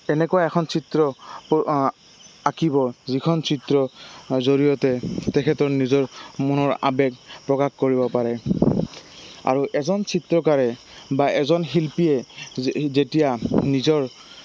এনেকুৱা এখন চিত্ৰ আঁকিব যিখন চিত্ৰ জৰিয়তে তেখেতৰ নিজৰ মনৰ আৱেগ প্ৰকাশ কৰিব পাৰে আৰু এজন চিত্ৰকাৰে বা এজন শিল্পীয়ে যেতিয়া নিজৰ